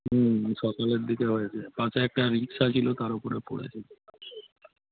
হুম সকালের দিকে হয়েছে কাছে একটা রিকশা ছিলো তার ওপরে পড়েছে